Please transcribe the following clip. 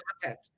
content